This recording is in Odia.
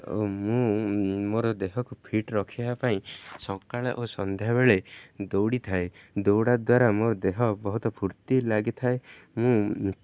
ଓ ମୁଁ ମୋର ଦେହକୁ ଫିଟ୍ ରଖିବା ପାଇଁ ସକାଳ ଓ ସନ୍ଧ୍ୟାବେଳେ ଦୌଡ଼ିଥାଏ ଦୌଡ଼ା ଦ୍ୱାରା ମୋର ଦେହ ବହୁତ ଫୁର୍ତ୍ତି ଲାଗିଥାଏ ମୁଁ